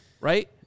right